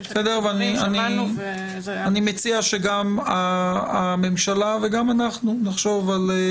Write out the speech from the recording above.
אני מציע שגם הממשלה וגם אנחנו נחשוב.